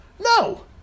No